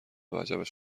وجبش